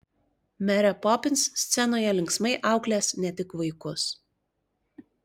merė popins scenoje linksmai auklės ne tik vaikus